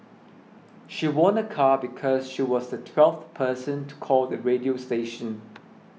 she won a car because she was the twelfth person to call the radio station